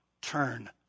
turn